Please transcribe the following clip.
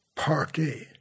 party